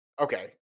Okay